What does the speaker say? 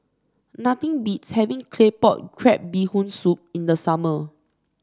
nothing beats having Claypot Crab Bee Hoon Soup in the summer